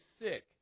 sick